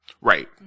Right